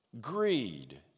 greed